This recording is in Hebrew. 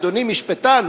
אדוני משפטן,